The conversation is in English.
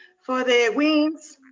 for the wings.